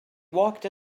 walked